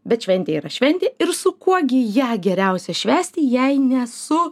bet šventė yra šventė ir su kuo gi ją geriausia švęsti jei ne su